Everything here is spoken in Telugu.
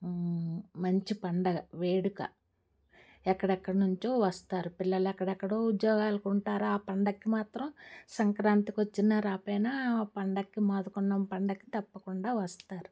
మంచి పండుగ వేడుక ఎక్కడెక్కడ నుంచో వస్తారు పిల్లలు ఎక్కడెక్కడో ఉద్యోగాలకుంటారా ఆ పండక్కి మాత్రం సంక్రాంతికి వచ్చినా రాకపోయినా ఆ పండక్కి మోదకొండమ్మ పండక్కి తప్పకుండా వస్తారు